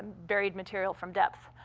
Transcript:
varied material from depth.